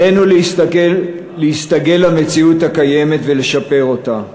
עלינו להסתגל למציאות הקיימת ולשפר אותה.